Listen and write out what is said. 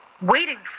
waiting